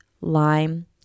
lime